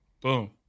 Boom